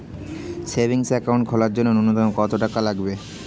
Savings account খোলার জন্য নূন্যতম কত টাকা লাগবে?